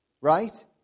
right